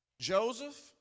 Joseph